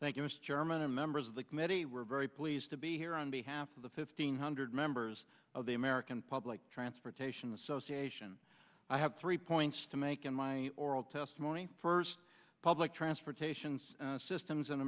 chairman and members of the committee were very pleased to be here on behalf of the fifteen hundred members of the american public transportation association i have three points to make in my oral testimony first public transportation systems in